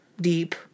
deep